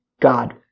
God